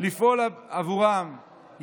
ציוויים שמחויבים אנחנו לפעול בעבורם יחד,